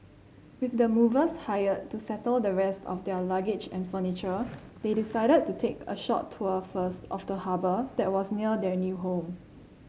with the movers hired to settle the rest of their luggage and furniture they decided to take a short tour first of the harbour that was near their new home